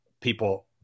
People